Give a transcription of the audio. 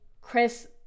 chris